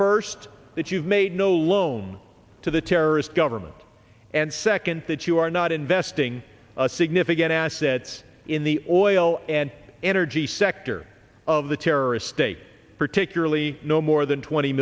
first that you've made no loan to the terrorist government and second that you are not investing a significant assets in the oil and energy sector of the terrorist states particularly no more than twenty